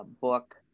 book